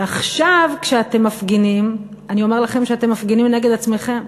ועכשיו כשאתם מפגינים אני אומר לכם שאתם מפגינים נגד עצמכם.